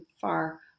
far